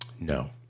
No